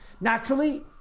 naturally